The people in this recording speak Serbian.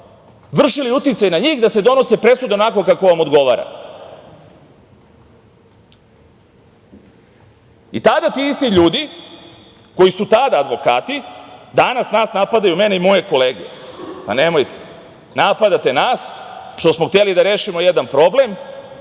vršili uticaj na njih da se donose presude onako kako vam odgovara?I tada ti isti ljudi, koji su tada advokati danas nas napadaju mene i moje kolege, pa nemojte, napadate nas što smo hteli da rešimo jedan problem,